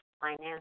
finance